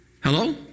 Hello